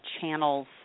channels